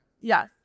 Yes